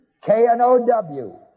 K-N-O-W